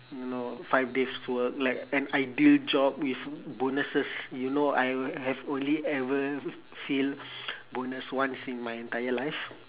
you know five days work like an ideal job with bonuses you know I o~ have only ever feel bonus once in my entire life